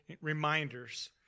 reminders